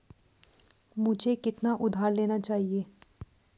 मुझे कितना उधार लेना चाहिए?